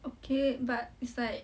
okay but it's like